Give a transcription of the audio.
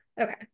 Okay